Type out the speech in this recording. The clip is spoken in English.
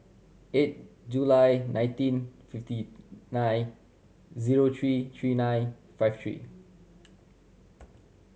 eight July nineteen fifty nine zero three three nine five three